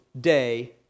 day